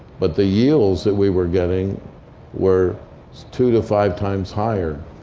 but the yields that we were getting were two to five times higher.